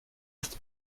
ist